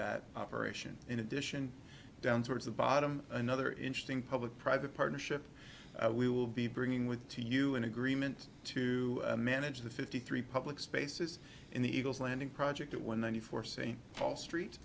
that operation in addition down towards the bottom another interesting public private partnership we will be bringing with to you an agreement to manage the fifty three public spaces in the eagles landing project when the need for st paul street